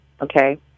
okay